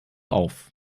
auf